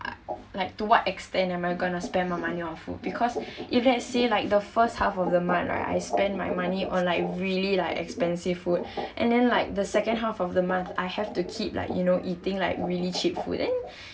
like to what extent am I gonna spend my money on food because if let's say like the first half of the month right I spend my money on like really like expensive food and then like the second half of the month I have to keep like you know eating like really cheap food eh